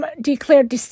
declared